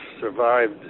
survived